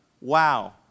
wow